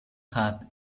had